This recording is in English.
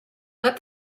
let